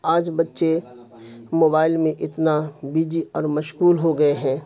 آج بچے موبائل میں اتنا بجی اور مشغول ہو گئے ہیں